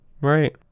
Right